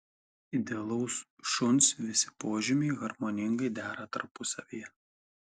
idealaus šuns visi požymiai harmoningai dera tarpusavyje